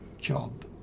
job